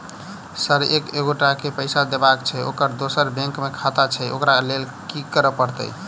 Sir एक एगोटा केँ पैसा देबाक छैय ओकर दोसर बैंक मे खाता छैय ओकरा लैल की करपरतैय?